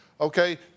Okay